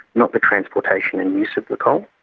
not the transportation and use of the coal.